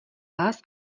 vás